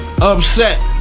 Upset